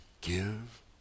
give